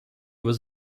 was